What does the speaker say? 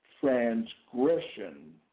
Transgression